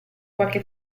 qualche